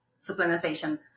supplementation